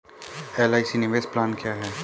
LIC निवेश plan क्या है?